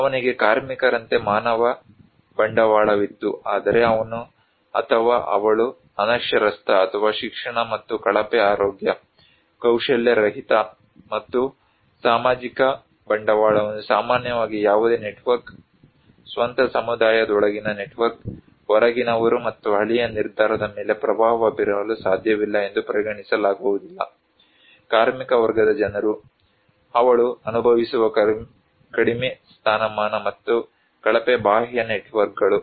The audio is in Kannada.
ಅವನಿಗೆ ಕಾರ್ಮಿಕರಂತೆ ಮಾನವ ಬಂಡವಾಳವಿತ್ತು ಆದರೆ ಅವನು ಅಥವಾ ಅವಳು ಅನಕ್ಷರಸ್ಥ ಅಥವಾ ಶಿಕ್ಷಣ ಮತ್ತು ಕಳಪೆ ಆರೋಗ್ಯ ಕೌಶಲ್ಯರಹಿತ ಮತ್ತು ಸಾಮಾಜಿಕ ಬಂಡವಾಳವನ್ನು ಸಾಮಾನ್ಯವಾಗಿ ಯಾವುದೇ ನೆಟ್ವರ್ಕ್ ಸ್ವಂತ ಸಮುದಾಯದೊಳಗಿನ ನೆಟ್ವರ್ಕ್ ಹೊರಗಿನವರು ಮತ್ತು ಹಳ್ಳಿಯ ನಿರ್ಧಾರದ ಮೇಲೆ ಪ್ರಭಾವ ಬೀರಲು ಸಾಧ್ಯವಿಲ್ಲ ಎಂದು ಪರಿಗಣಿಸಲಾಗುವುದಿಲ್ಲ ಕಾರ್ಮಿಕ ವರ್ಗದ ಜನರು ಅವಳು ಅನುಭವಿಸುವ ಕಡಿಮೆ ಸ್ಥಾನಮಾನ ಮತ್ತು ಕಳಪೆ ಬಾಹ್ಯ ನೆಟ್ವರ್ಕ್ಗಳು